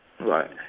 Right